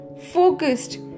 focused